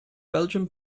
belgium